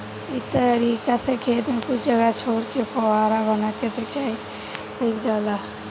इ तरीका से खेत में कुछ जगह छोर के फौवारा बना के सिंचाई कईल जाला